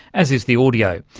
as is the audio.